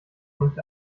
möchte